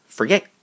Forget